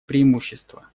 преимущества